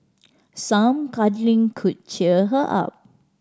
some cuddling could cheer her up